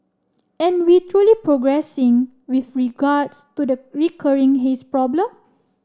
are we truly progressing with regards to the recurring haze problem